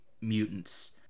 mutants